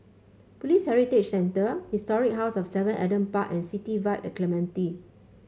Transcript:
Police Heritage Centre Historic House of Seven Adam Park and City Vibe at Clementi